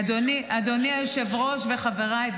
אפשר שאולי מפלגת ש"ס --- אדוני היושב-ראש וחבריי,